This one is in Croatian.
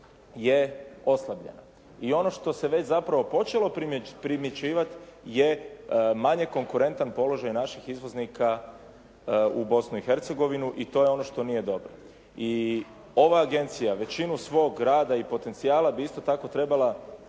je oslabljena. I ono što se već zapravo počelo primjećivati je manje konkurentan položaj naših izvoznika u Bosnu i Hercegovinu i to je ono što nije dobro. I ova agencija većinu svog rada i potencijala bi isto tako trebala